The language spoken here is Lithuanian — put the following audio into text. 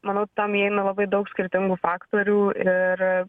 manau tam įeina labai daug skirtingų faktorių ir